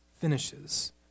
finishes